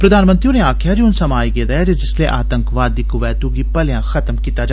प्रधानमंत्री होरें आक्खेआ जे हून समा आई गेदा ऐ जिसलै आतंकवाद दी कवैतू गी भलेया खत्म कीता जा